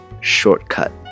Shortcut